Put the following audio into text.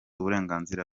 uburenganzira